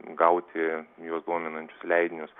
gauti juos dominančius leidinius